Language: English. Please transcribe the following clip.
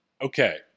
Okay